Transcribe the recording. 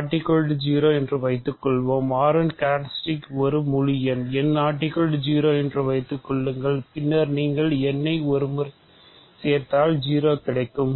n 0 என்று வைத்துக்கொள்வோம் R இன் கேரக்ட்ரிஸ்டிக் ஒரு முழு எண் n 0 என்று வைத்துக் கொள்ளுங்கள் பின்னர் நீங்கள் n ஐ ஒரு முறை சேர்த்தால் 0 கிடைக்கும்